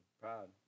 proud